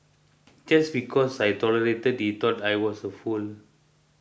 just because I tolerated he thought I was a fool